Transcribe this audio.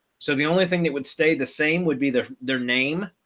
so the only thing that would stay the same would be their their name.